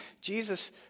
Jesus